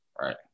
Right